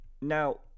Now